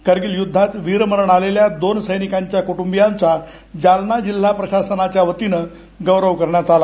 करगिल युद्धात वीर्मरण आलेल्या दोन सैनिकांच्या कुटुंबियांचा जालना जिल्हा प्रशासनाच्य वतीनं गौरव करण्यात आला